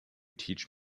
teach